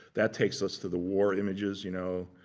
that takes us to the war images, you know,